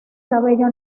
cabello